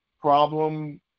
problem